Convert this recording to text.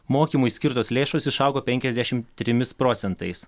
mokymui skirtos lėšos išaugo penkiasdešim trimis procentais